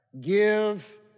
Give